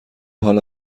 حالا